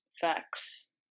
Facts